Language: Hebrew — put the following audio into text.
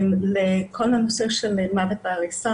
בכל הנושא של מוות בעריסה,